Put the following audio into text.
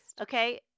okay